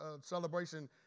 celebration